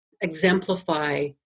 exemplify